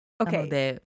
Okay